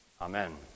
Amen